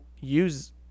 use